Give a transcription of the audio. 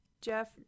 Jeff